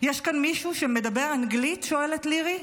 "יש כאן מישהו שמדבר אנגלית?", שואלת לירי.